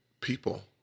people